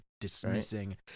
dismissing